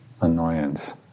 annoyance